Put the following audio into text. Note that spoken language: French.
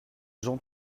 gens